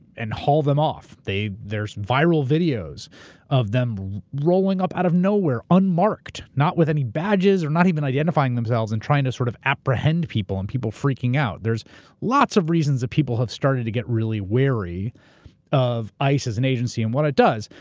and haul them off. there's viral videos of them rolling up out of nowhere, unmarked. not with any badges or not even identifying themselves, and trying to sort of apprehend people. and people freaking out. there's lots of reasons that people have started to get really wary of ice as an agency and what it does.